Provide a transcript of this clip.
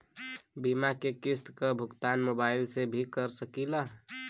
बीमा के किस्त क भुगतान मोबाइल से भी कर सकी ला?